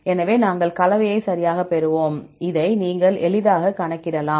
எனவே நாங்கள் கலவையை சரியாகப் பெறுவோம் இதை நீங்கள் எளிதாகக் கணக்கிடலாம்